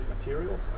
materials